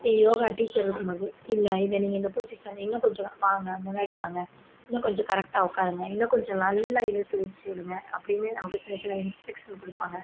yoga teacher இருக்கும்போது இல்லை இதை நீங்கள் இந்த பொசிஷன் இன்னும் கொஞ்சம் வாங்க முன்னாடி வாங்க இன்னும் கொஞ்சம் கரெக்டாக உட்காருங்க இன்னும் கொஞ்சம் நல்லா இழுத்து மூச்சு விடுங்க அப்படின்னு நமக்கு சின்ன சின்ன இன்ஸ்ட்ரக்சன் கொடுப்பாங்க